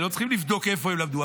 לא צריכים לבדוק איפה הם למדו.